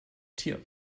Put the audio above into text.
tier